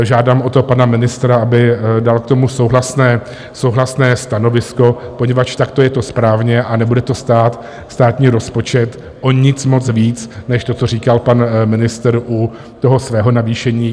Žádám o to pana ministra, aby dal k tomu souhlasné stanovisko, poněvadž takto je to správně a nebude to stát státní rozpočet o nic moc víc než to, co říkal pan ministr u toho svého navýšení.